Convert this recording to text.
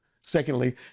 Secondly